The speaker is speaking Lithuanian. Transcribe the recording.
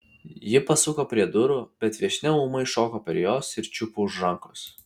ji pasuko prie durų bet viešnia ūmai šoko prie jos ir čiupo už rankos